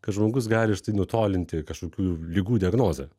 kad žmogus gali štai nutolinti kažkokių ligų diagnozę